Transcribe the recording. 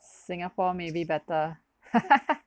singapore may be better